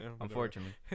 Unfortunately